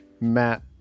Matt